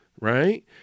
right